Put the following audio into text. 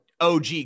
OG